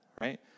right